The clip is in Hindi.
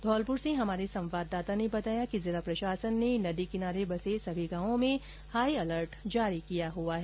धौलपुर से हमारे संवाददाता ने बताया कि जिला प्रशासन ने नदी किनारे बसे सभी गांवों में हाई अलर्ट जारी किया हुआ है